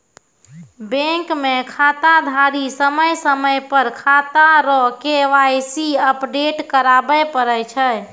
bank मे खाताधारी समय समय पर खाता रो के.वाई.सी अपडेट कराबै पड़ै छै